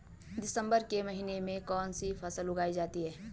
दिसम्बर के महीने में कौन सी फसल उगाई जा सकती है?